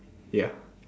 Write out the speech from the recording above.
ya